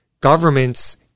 government's